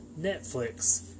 Netflix